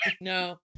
no